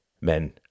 Men